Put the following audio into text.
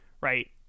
right